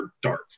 dark